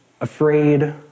afraid